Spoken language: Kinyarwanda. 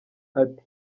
ati